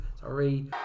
Sorry